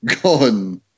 gone